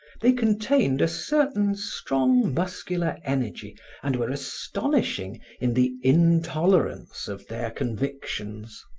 they contained a certain strong muscular energy and were astonishing in the intolerance of their convictions.